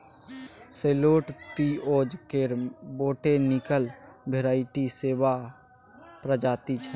सैलोट पिओज केर botanical variety सेपा प्रजाति छै